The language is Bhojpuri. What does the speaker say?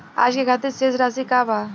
आज के खातिर शेष राशि का बा?